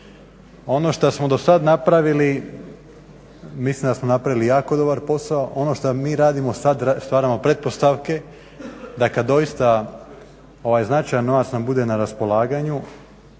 Ono što smo do sada napravili, mislim da smo napravili jako dobar posao, ono što mi radimo sada, stvaramo pretpostavke da kada doista ovaj značajan novac nam bude na raspolaganju